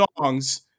songs